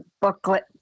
booklet